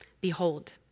Behold